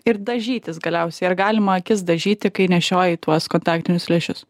ir dažytis galiausiai ar galima akis dažyti kai nešioji tuos kontaktinius lęšius